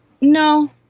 No